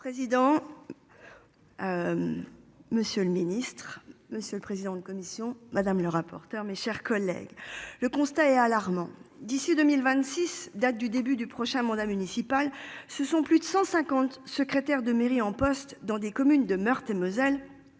Monsieur le président. Monsieur le Ministre. Monsieur le président de commission, madame le rapporteur, mes chers collègues. Le constat est alarmant d'ici 2026, date du début du prochain mandat municipal, ce sont plus de 150, secrétaire de mairie en poste dans des communes de Meurthe et Moselle